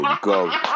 Go